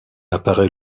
apparaît